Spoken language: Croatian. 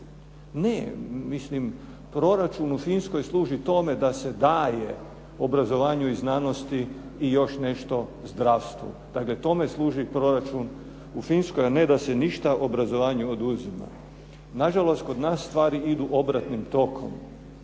rekli ne, proračun u Finskoj služi tome da se daje obrazovanju i znanosti i još nešto zdravstvu. Tako da tome služi proračun u Finskoj, a ne da se ništa obrazovanju oduzima. Nažalost, kod nas stvari idu obratnim tokom.